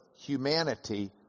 humanity